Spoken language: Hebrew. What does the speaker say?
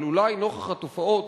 אבל אולי נוכח התופעות